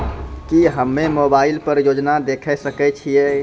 की हम्मे मोबाइल पर योजना देखय सकय छियै?